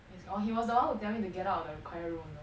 oh he was the one who tell me to get out of the choir room you know